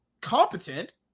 competent